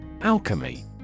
Alchemy